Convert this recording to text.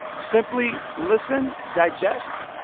simply listen, digest,